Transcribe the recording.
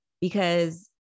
Because-